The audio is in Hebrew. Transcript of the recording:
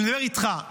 אני מדבר איתך.